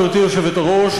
גברתי היושבת-ראש,